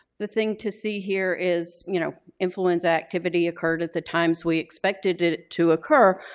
the thing to see here is you know, influenza activity occurred at the times we expected it to occur.